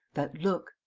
that look,